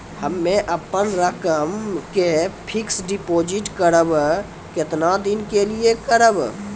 हम्मे अपन रकम के फिक्स्ड डिपोजिट करबऽ केतना दिन के लिए करबऽ?